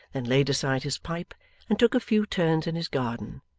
then laid aside his pipe and took a few turns in his garden,